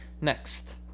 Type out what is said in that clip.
next